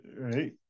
right